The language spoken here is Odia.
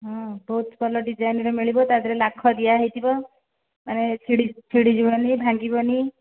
ହଁ ବହୁତ ଭଲ ଡିଜାଇନରେ ମିଳିବ ତା'ଦେହରେ ଲାଖ ଦିଆହୋଇଥିବ ମାନେ ଛିଣ୍ଡିଯିବନି କି ଭାଙ୍ଗିବନି